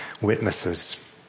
witnesses